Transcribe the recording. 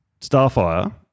Starfire